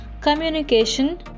communication